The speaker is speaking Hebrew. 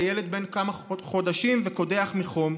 הילד בן כמה חודשים וקודח מחום.